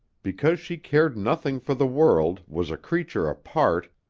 because she cared nothing for the world, was a creature apart,